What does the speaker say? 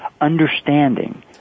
understanding